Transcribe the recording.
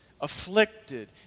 afflicted